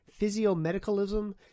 physiomedicalism